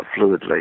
fluidly